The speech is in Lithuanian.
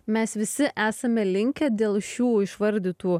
mes visi esame linkę dėl šių išvardytų